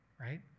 right